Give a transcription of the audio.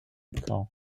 camp